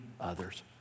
others